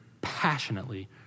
passionately